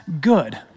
good